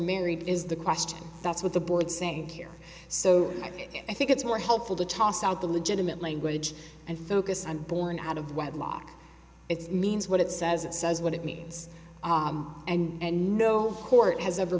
married is the question that's what the board saying here so i think it's more helpful to toss out the legitimate language and focus on born out of wedlock it's means what it says it says what it means and no hort has ever